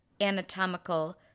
anatomical